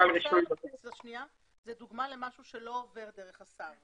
זה דוגמה למשהו שלא עובר דרך השר.